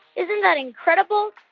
isn't that incredible?